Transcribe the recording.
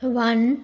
one